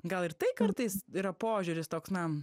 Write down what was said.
gal ir tai kartais yra požiūris toks na